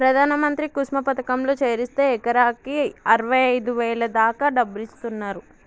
ప్రధాన మంత్రి కుసుమ పథకంలో చేరిస్తే ఎకరాకి అరవైఐదు వేల దాకా డబ్బులిస్తున్నరు